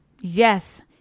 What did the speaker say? Yes